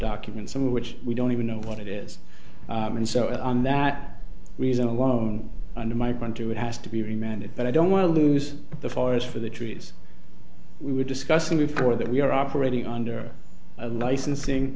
documents some of which we don't even know what it is and so on that reason alone under my country would has to be remanded but i don't want to lose the forest for the trees we were discussing before that we're operating under a licensing